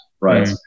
Right